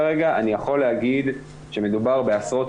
כרגע אני יכול להגיד שמדובר בעשרות